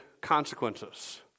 consequences